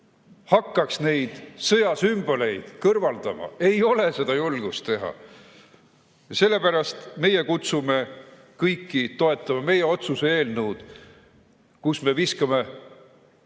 hakkaks neid sõjasümboleid kõrvaldama. Ei ole julgust seda teha! Sellepärast meie kutsume kõiki toetama meie otsuse eelnõu, kus me viskame